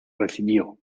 recibió